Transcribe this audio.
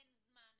אין זמן,